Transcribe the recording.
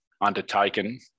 undertaken